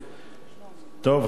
טוב,